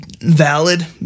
valid